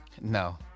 No